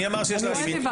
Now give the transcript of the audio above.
מי אמר שיש לה בעיה לענות?